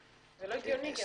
זה לא הגיוני.